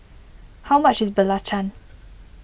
how much is Belacan